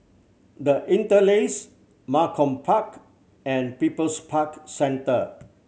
The Interlace Malcolm Park and People's Park Centre